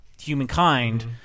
humankind